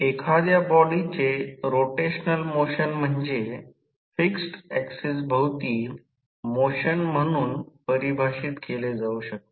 तर एखाद्या बॉडीचे रोटेशनल मोशन म्हणजे फिक्स्ड ऍक्सिस भवती मोशन म्हणून परिभाषित केली जाऊ शकते